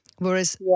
Whereas